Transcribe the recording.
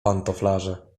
pantoflarze